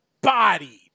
bodied